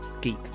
geek